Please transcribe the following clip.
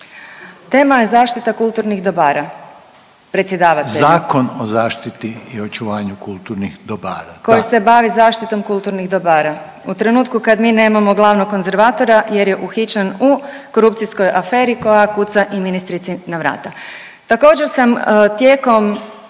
Tema je zaštita kulturnih dobara, predsjedavatelju. .../Upadica: Zakon o zaštiti i očuvanju kulturnih dobara /... koji se bavi zaštitom kulturnih dobara u trenutku kad mi nemamo glavnog konzervatora jer je uhićen u korupcijskoj aferi koja kuca i ministrici na vrata. Također, sam tijekom